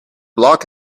block